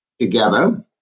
together